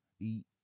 Eat